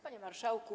Panie Marszałku!